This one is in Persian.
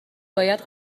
باید